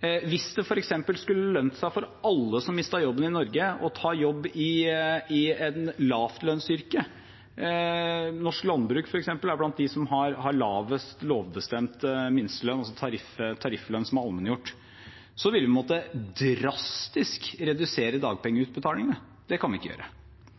Hvis det f.eks. skulle lønt seg for alle som mistet jobben i Norge, å ta jobb i et lavlønnsyrke – norsk landbruk f.eks. er blant dem som har lavest lovbestemt minstelønn, altså tarifflønn som er allmenngjort – ville man drastisk måttet redusere dagpengeutbetalingene. Det kan vi ikke gjøre.